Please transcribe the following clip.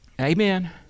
Amen